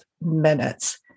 minutes